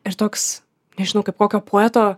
ir toks nežinau kaip kokio poeto